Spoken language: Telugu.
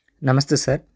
నమస్తే సార్